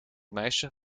meisje